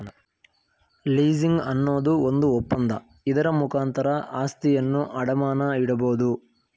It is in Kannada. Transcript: ಲೀಸಿಂಗ್ ಅನ್ನೋದು ಒಂದು ಒಪ್ಪಂದ, ಇದರ ಮುಖಾಂತರ ಆಸ್ತಿಯನ್ನು ಅಡಮಾನ ಇಡಬೋದು